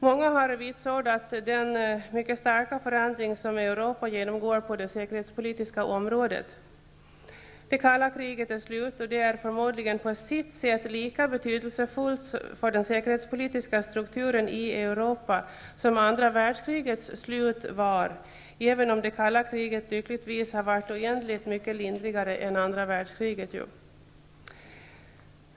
Många har vitsordat den mycket starka förändring som Europa genomgår på det säkerhetspolitiska området. Det kalla kriget är slut, och det är förmodligen på sitt sätt lika betydelsefullt för den säkerhetspolitiska strukturen i Europa som andra världskrigets slut var, även om det kalla kriget ju lyckligtvis har varit oändligt mycket lindrigare än andra världskriget.